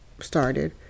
started